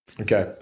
Okay